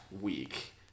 week